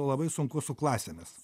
labai sunku su klasėmis